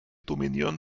dominieren